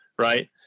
Right